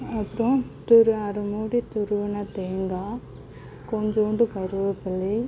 அப்புறம் துரு அரை மூடி துருவின தேங்காய் கொஞ்சோன்டு கருவேப்பிலை